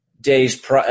days